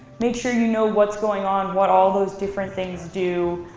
make sure you know what's going on, what all those different things do.